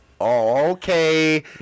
Okay